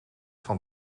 van